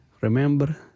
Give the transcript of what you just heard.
remember